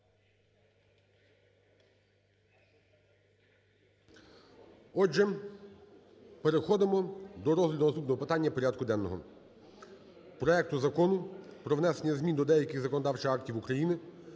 Отже, переходимо до розгляду наступного питання порядку денного – проекту Закону про внесення змін до деяких законодавчих актів України